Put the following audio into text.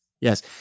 Yes